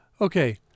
Okay